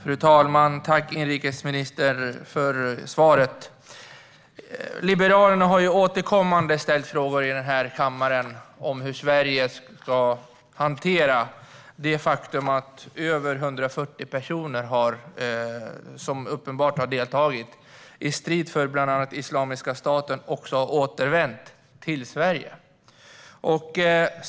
Fru talman! Tack, inrikesministern, för svaret! Liberalerna har återkommande ställt frågor här i kammaren om hur Sverige ska hantera det faktum att över 140 personer som uppenbart har deltagit i strid för bland annat Islamiska staten också har återvänt till Sverige.